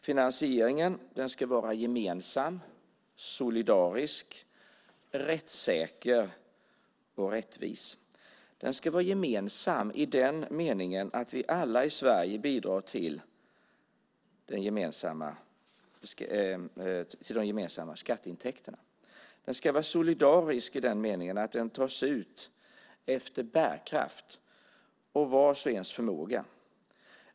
Finansieringen ska vara gemensam, solidarisk, rättssäker och rättvis. Den ska vara gemensam i den meningen att vi alla i Sverige bidrar till de gemensamma skatteintäkterna. Den ska vara solidarisk i den meningen att den tas ut efter bärkraft och vars och ens förmåga.